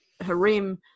harem